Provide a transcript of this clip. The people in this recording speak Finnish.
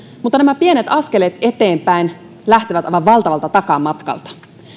mutta nämä pienet askeleet eteenpäin lähtevät aivan valtavalta takamatkalta